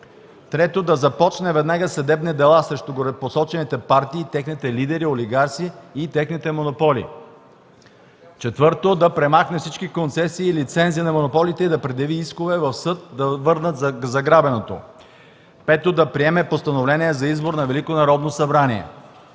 3. Да започне веднага съдебни дела срещу горепосочените партии и техните лидери, олигарси и техните монополи. 4. Да премахне всички концесии и лицензии на монополите и да предяви искове в съда да върнат заграбеното. 5. Да приеме постановление за избор на